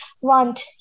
want